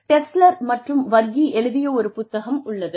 Dessler மற்றும் வர்கி எழுதிய ஒரு புத்தகம் உள்ளது